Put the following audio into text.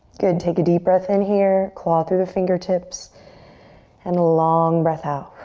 good, take a deep breath in here. claw through the fingertips and long breath out.